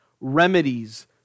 Remedies